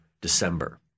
December